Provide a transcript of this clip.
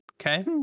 Okay